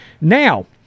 Now